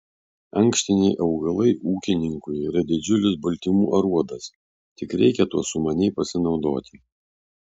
ankštiniai augalai ūkininkui yra didžiulis baltymų aruodas tik reikia tuo sumaniai pasinaudoti